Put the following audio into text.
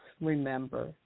remember